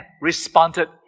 responded